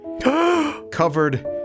covered